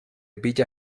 villa